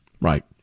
Right